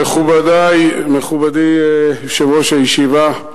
מכובדי, מכובדי יושב-ראש הישיבה,